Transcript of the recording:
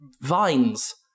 vines